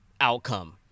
outcome